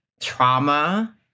trauma